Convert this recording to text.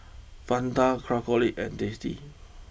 Fanta Craftholic and tasty